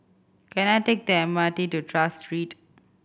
can I take the M R T to Tras Street